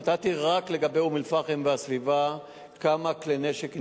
נתתי רק לגבי אום-אל-פחם והסביבה כמה כלי נשק נמצאו.